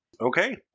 Okay